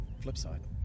Flipside